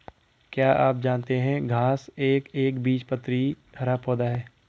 क्या आप जानते है घांस एक एकबीजपत्री हरा पौधा है?